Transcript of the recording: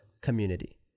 community